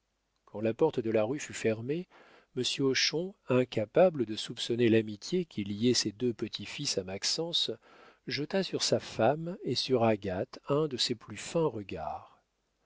quand la porte de la rue fut fermée monsieur hochon incapable de soupçonner l'amitié qui liait ses deux petits-fils à maxence jeta sur sa femme et sur agathe un de ses plus fins regards